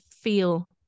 feel